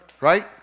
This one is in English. right